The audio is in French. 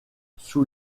sous